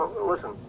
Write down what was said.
Listen